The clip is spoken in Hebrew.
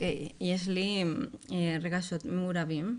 יש לי רגשות מעורבים,